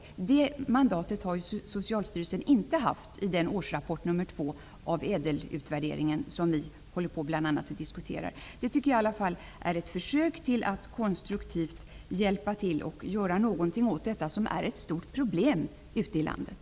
Ett sådant mandat har Socialstyrelsen inte haft vid utarbetandet av den årsrapport nr 2 om utvärderingen av ÄDEL-reformen som vi nu bl.a. diskuterar. Det vore i varje fall ett försök att konstruktivt göra någonting åt detta stora problem ute i landet.